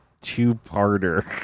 two-parter